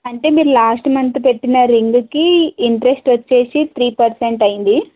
అంటే మీరు last month పెట్టిన రింగ్కి ఇంట్రెస్ట్ వచ్చేసి త్రీ పర్సెంట్ అయ్యింది